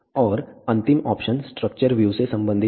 और अंतिम option structure view से संबंधित है